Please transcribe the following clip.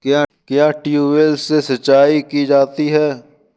क्या ट्यूबवेल से सिंचाई की जाती है?